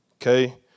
Okay